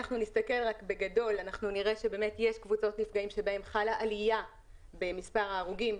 נסתכל בגדול נראה שיש קבוצות נפגעים שבהן חלה עלייה במספר ההרוגים,